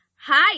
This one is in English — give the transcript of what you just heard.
hi